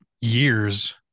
years